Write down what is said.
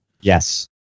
Yes